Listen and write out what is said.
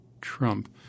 Trump